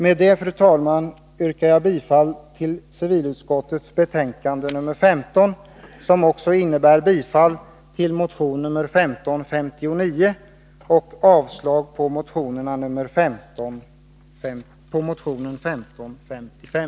Med detta, fru talman, yrkar jag bifall till hemställan i civilutskottets betänkande nr 15, vilket också innebär bifall till motion 1559 och avslag på motion 1555.